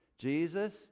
Jesus